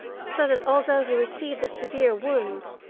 so that, although he received a severe wound,